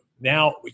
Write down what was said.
now